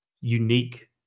unique